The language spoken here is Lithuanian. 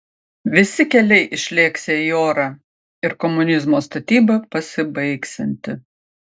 visi keliai išlėksią į orą ir komunizmo statyba pasibaigsianti